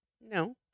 No